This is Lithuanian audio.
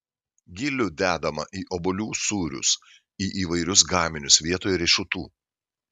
gilių dedama į obuolių sūrius į įvairius gaminius vietoj riešutų